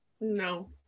No